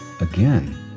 Again